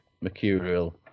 Mercurial